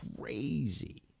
crazy